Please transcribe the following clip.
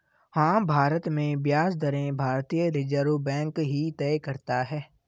हाँ, भारत में ब्याज दरें भारतीय रिज़र्व बैंक ही तय करता है